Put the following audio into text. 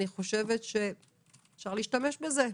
אני חושבת שאפשר להשתמש בזה.